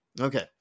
okay